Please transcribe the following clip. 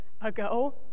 ago